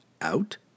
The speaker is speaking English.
Out